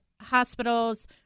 hospitals